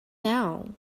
now